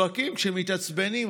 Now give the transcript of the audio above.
צועקים כשמתעצבנים,